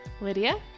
Lydia